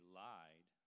lied